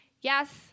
Yes